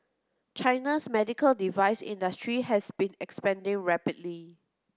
China's medical device industry has been expanding rapidly